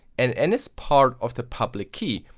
and n is part of the public key,